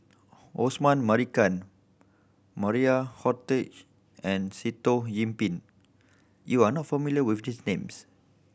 Osman Merican Maria Hertogh and Sitoh Yih Pin you are not familiar with these names